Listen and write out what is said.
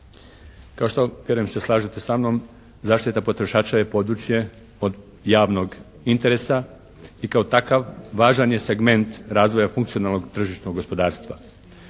Kao što vjerujem se slažete sa mnom zaštita potrošača je područje od javnog interesa i kao takav važan je segment razvoja funkcionalnog tržišnog gospodarstva.